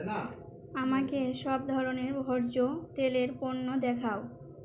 আমাকে সব ধরনের ভোজ্য তেলের পণ্য দেখাও